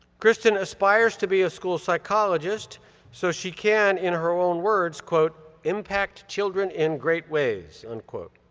kristen aspires to be a school psychologist so she can, in her own words, quote, impact children in great ways, unquote.